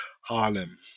Harlem